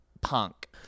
punk